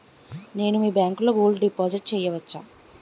నేను మీ బ్యాంకులో గోల్డ్ డిపాజిట్ చేయవచ్చా?